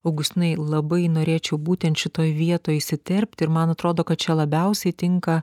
augustinai labai norėčiau būtent šitoj vietoj įsiterpti ir man atrodo kad čia labiausiai tinka